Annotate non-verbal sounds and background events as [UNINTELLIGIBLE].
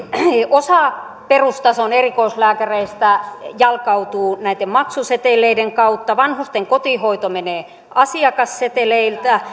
osa perustason erikoislääkäreistä jalkautuu näitten maksuseteleiden kautta vanhusten kotihoito menee asiakasseteleiltä [UNINTELLIGIBLE]